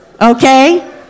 Okay